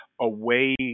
away